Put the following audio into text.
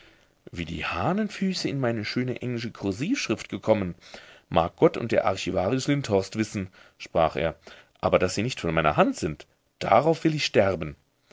wie die hahnenfüße in meine schöne englische kursivschrift gekommen mag gott und der archivarius lindhorst wissen sprach er aber daß sie nicht von meiner hand sind darauf will ich sterben